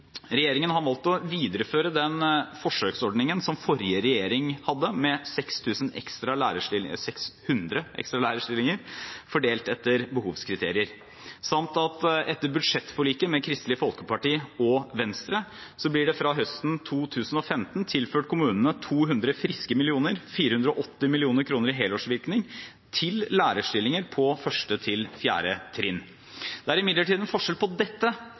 Regjeringen har valgt å videreføre den forsøksordningen som forrige regjering hadde, med 600 ekstra lærerstillinger fordelt etter behovskriterier, samt at etter budsjettforliket med Kristelig Folkeparti og Venstre blir det fra høsten 2015 tilført kommunene 200 friske millioner – 480 mill. kr i helårsvirkning – til lærerstillinger på 1.–4. trinn. Det er imidlertid en forskjell på dette